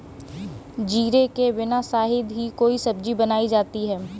जीरे के बिना शायद ही कोई सब्जी बनाई जाती है